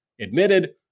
admitted